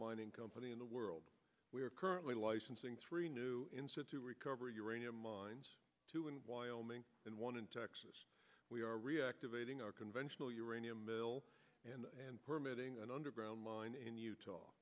mining company in the world we are currently licensing three new insight to recover uranium mines two in wyoming and one in texas we are reactivating our conventional uranium mill and permitting an underground mine in utah